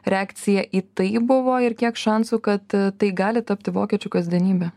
reakcija į tai buvo ir kiek šansų kad tai gali tapti vokiečių kasdienybe